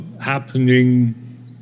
happening